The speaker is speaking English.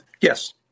Yes